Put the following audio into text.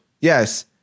yes